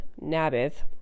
Naboth